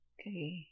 Okay